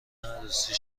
عروسی